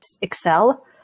excel